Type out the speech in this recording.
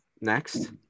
next